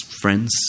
friends